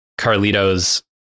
Carlito's